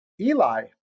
Eli